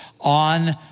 on